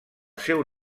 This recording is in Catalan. seu